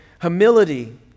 humility